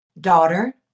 daughter